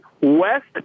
West